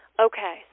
Okay